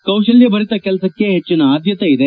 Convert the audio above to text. ಕೌಶಲ್ಯಭರಿತ ಕೆಲಸಕ್ಕೆ ಪೆಚ್ಚಿನ ಆದ್ಯಕೆ ಇದೆ